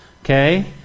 Okay